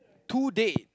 today